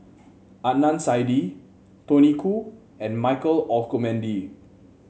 Adnan Saidi Tony Khoo and Michael Olcomendy